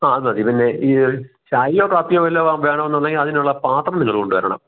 ആ അതുമതി പിന്നെ ഈ ചായയോ കാപ്പിയോ വല്ലതും ആ വേണമെന്നുണ്ടെങ്കിൽ അതിനുള്ള പാത്രം നിങ്ങൾ കൊണ്ടുവരണം